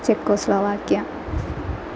Czechoslovakia